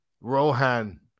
Rohan